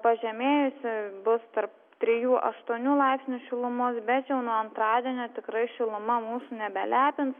pažemėjusi bus tarp trijų aštuonių laipsnių šilumos bet jau nuo antradienio tikrai šiluma mūsų nebelepins